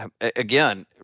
again